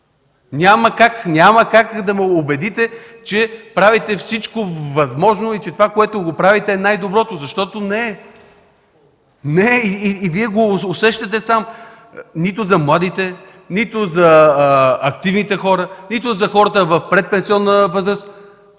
Няма как да ме убедите, че правите всичко възможно и, че това което правите е най-доброто, защото не е и Вие го усещате сам – нито за младите, нито за активните хора, нито за хората в предпенсионна възраст.